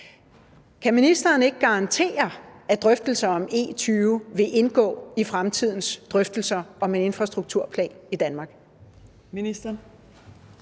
Kan ministeren ikke garantere, at drøftelser om E20 vil indgå i fremtidens drøftelser om en infrastrukturplan i Danmark?